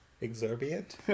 exorbitant